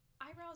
eyebrows